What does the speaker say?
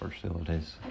Facilities